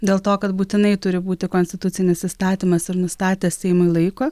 dėl to kad būtinai turi būti konstitucinis įstatymas ir nustatė seimui laiko